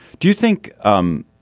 do you think um